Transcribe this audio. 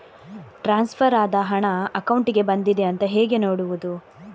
Transfer ಆದ ಹಣ ಅಕೌಂಟಿಗೆ ಬಂದಿದೆ ಅಂತ ಹೇಗೆ ನೋಡುವುದು?